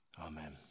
Amen